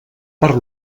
per